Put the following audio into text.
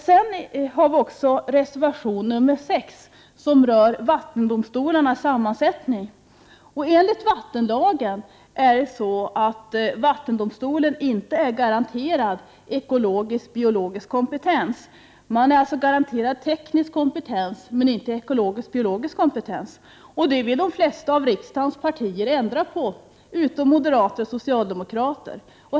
Reservation nr 6 handlar om vattendomstolarnas sammansättning. Enligt vattenlagen är inte vattendomstolen garanterad ekologisk-biologisk kompetens. Man är garanterad teknisk kompetens, men inte ekologisk-biologisk kompetens. Det vill de flesta av riksdagens partier ändra på, dock inte moderata samlingspartiet och socialdemokraterna.